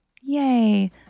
Yay